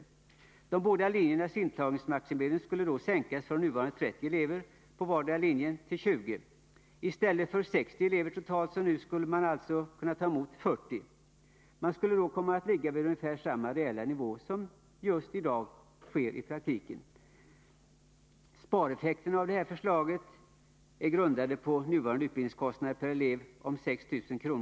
De båda linjernas intagningsmaximering skulle sänkas från nuvarande 30 elever på vardera linjen till 20 vardera. I stället för 60 elever totalt, som nu, skulle man alltså ta emot 40. Man skulle då komma att ligga vid ungefär samma reella nivå som i praktiken nu. Spareffekten av detta förslag, grundad på nuvarande utbildningskostnad per elev om 6 000 kr.